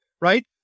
right